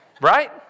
Right